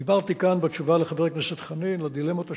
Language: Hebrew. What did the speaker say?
דיברתי כאן בתשובה לחבר הכנסת חנין על הדילמות השונות,